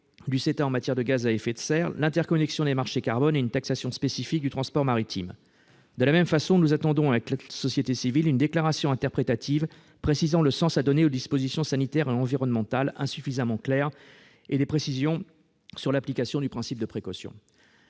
du CETA en matière de gaz à effet de serre, l'interconnexion des marchés du carbone et une taxation spécifique du transport maritime. De la même façon, nous attendons, avec toute la société civile, une déclaration interprétative précisant le sens à donner aux dispositions sanitaires et environnementales insuffisamment claires, ainsi que des précisions sur l'application du principe de précaution.